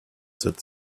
that